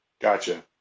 gotcha